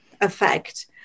effect